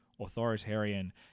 authoritarian